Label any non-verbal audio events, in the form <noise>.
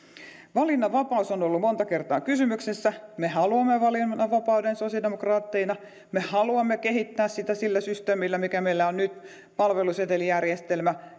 valinnanvapaus on ollut monta kertaa kysymyksessä me haluamme valinnanvapauden sosiaalidemokraatteina me haluamme kehittää sitä sillä systeemillä mikä meillä on nyt palvelusetelijärjestelmällä <unintelligible>